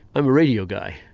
i'm a radio guy,